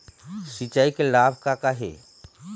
सिचाई के लाभ का का हे?